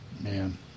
Man